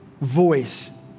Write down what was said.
voice